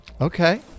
Okay